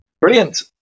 Brilliant